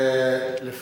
אמרתי "נחמדה".